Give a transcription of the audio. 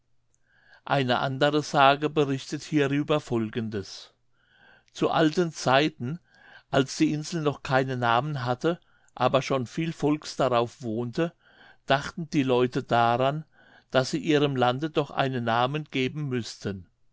eine andere sage berichtet hierüber folgendes zu alten zeiten als die insel noch keinen namen hatte aber schon viel volks darauf wohnte dachten die leute daran daß sie ihrem lande doch einen namen geben müßten